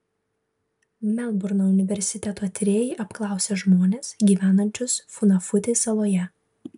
melburno universiteto tyrėjai apklausė žmones gyvenančius funafuti saloje